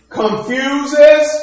confuses